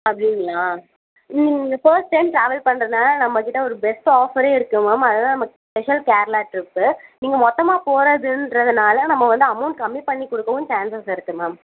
அப்படிங்களா நீங்கள் first time travel பண்ணுறதுனால நம்மகிட்ட ஒரு பெஸ்ட்டு ஆஃபரே இருக்குது மேம் அதுதான் நம்ம ஸ்பெஷல் கேரளா ட்ரிப்பு நீங்கள் மொத்தமாக போகிறதுன்றதுனால நம்ம வந்து அமௌண்ட் கம்மி பண்ணி கொடுக்கவும் சேன்சஸ் இருக்குது மேம்